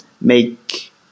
make